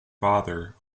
father